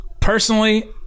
personally